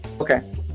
Okay